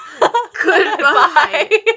Goodbye